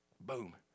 boom